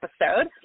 episode